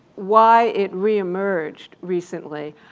why it reemerged recently.